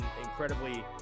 incredibly